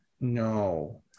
No